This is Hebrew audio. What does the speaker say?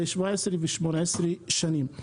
מדובר ב-17 ו-18 שנים.